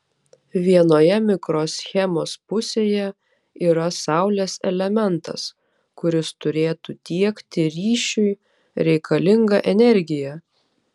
vienoje mikroschemos pusėje yra saulės elementas kuris turėtų tiekti ryšiui reikalingą energiją